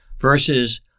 versus